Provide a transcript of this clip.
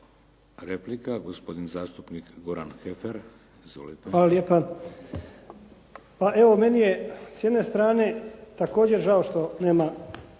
Replika, gospodin zastupnik Goran Heffer. Izvolite. **Heffer, Goran (SDP)** Hvala lijepa. Pa evo meni je s jedne strane također žao što nema